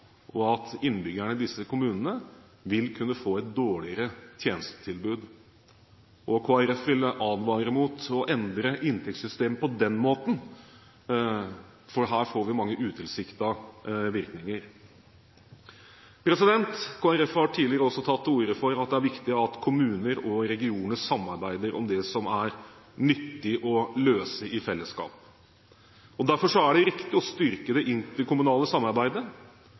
og at innbyggerne i disse kommunene vil kunne få et dårligere tjenestetilbud. Kristelig Folkeparti vil advare mot å endre inntektssystemet på den måten, for her får vi mange utilsiktede virkninger. Kristelig Folkeparti har tidligere også tatt til orde for at det er viktig at kommuner og regioner samarbeider om det som er nyttig å løse i fellesskap. Derfor er det riktig å styrke det interkommunale samarbeidet.